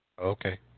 Okay